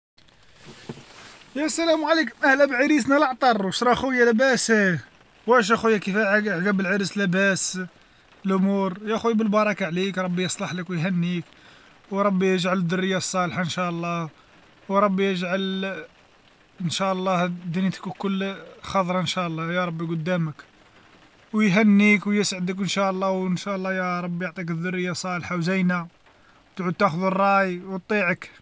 يا السلام عليكم اهلا بعريسنا العطر واش راه خويا لاباس؟ واش اخويا كيفاه عقب العرس لاباس الأمور؟ يا خويا بالبركة عليك ربي يصلح لك ويهنيك، وربي يجعل الذرية الصالحة ان شاء الله، وربي يجعل ان شاء الله دنيتك كلها خضرا ان شاء الله، يا رب قدامك ويهنيك ويسعدك ان شاء الله، وان شاء الله يا رب يعطيك الذرية الصالحة وزينة تعود تاخذ الراي وطيعك.